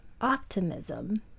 optimism